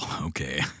Okay